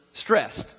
stressed